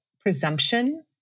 presumption